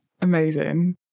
amazing